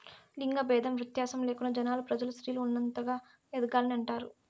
లింగ భేదం వ్యత్యాసం లేకుండా జనాలు ప్రజలు స్త్రీలు ఉన్నతంగా ఎదగాలని అంటారు